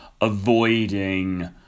avoiding